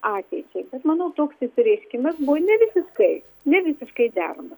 ateičiai manau toks išsireiškimas buvo ne visiškai ne visiškai deramas